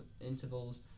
intervals